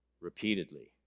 repeatedly